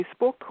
Facebook